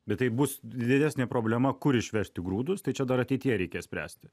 bet tai bus didesnė problema kur išvežti grūdus tai čia dar ateityje reikės spręsti